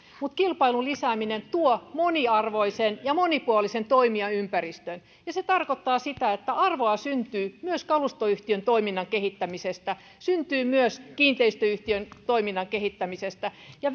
mutta kilpailun lisääminen tuo moniarvoisen ja monipuolisen toimijaympäristön se tarkoittaa sitä että arvoa syntyy myös kalustoyhtiön toiminnan kehittämisestä syntyy myös kiinteistöyhtiön toiminnan kehittämisestä ja